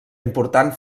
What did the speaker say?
important